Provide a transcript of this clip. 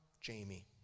Jamie